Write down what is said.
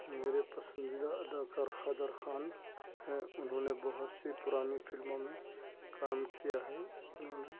میرے پسندیدہ اداکار قادر خان ہیں انہوں نے بہت سی پرانی فلموں میں کام کیا ہے انہوں نے